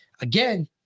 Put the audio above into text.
again